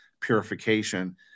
purification